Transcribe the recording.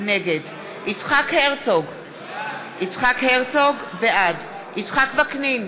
נגד יצחק הרצוג, בעד יצחק וקנין,